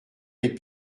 les